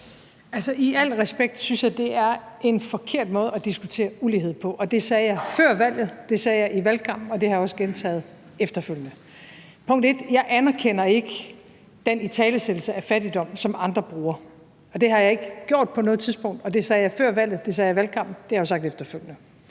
Altså, i al respekt synes jeg, det er en forkert måde at diskutere ulighed på. Det sagde jeg før valget, det sagde jeg i valgkampen, og det har jeg også gentaget efterfølgende. Punkt 1: Jeg anerkender ikke den italesættelse af fattigdom, som andre bruger; det har jeg ikke gjort på noget tidspunkt – og det sagde jeg før valget, det sagde jeg i valgkampen, og det har jeg også sagt efterfølgende.